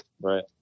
Right